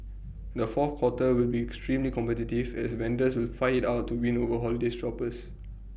the fourth quarter will be extremely competitive as vendors will fight IT out to win over holiday shoppers